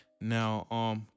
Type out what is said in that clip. Now